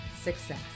success